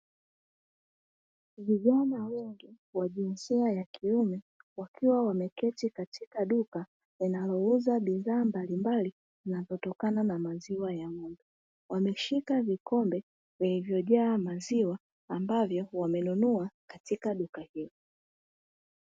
Vijana wengi wa jinsia ya kiume wakiwa wameketi katika duka linalouza bidhaa mbalimbali zinazotokana na maziwa ya ng'ombe, wameshika vikombe vilivyojaa maziwa ambavyo wamenunua katika duka hilo.